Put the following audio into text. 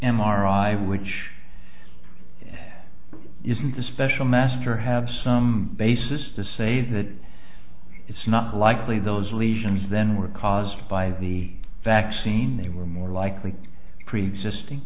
i which isn't the special master have some basis to say that it's not likely those lesions then were caused by the vaccine they were more likely preexisting